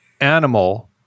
animal